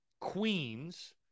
Queens